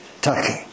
Turkey